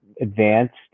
advanced